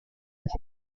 with